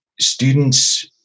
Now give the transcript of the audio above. students